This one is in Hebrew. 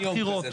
אין יום כזה,